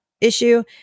issue